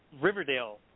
Riverdale